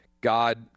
God